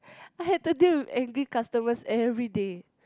I had to deal with angry customers every day